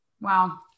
Wow